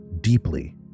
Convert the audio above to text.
deeply